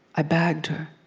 i bagged her.